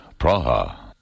Praha